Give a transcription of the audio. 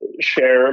share